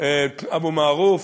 אבו מערוף.